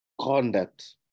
conduct